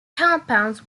compounds